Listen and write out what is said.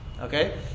Okay